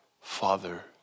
father